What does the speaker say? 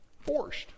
Forced